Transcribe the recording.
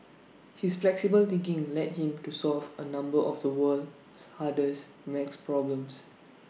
his flexible thinking led him to solve A number of the world's hardest math problems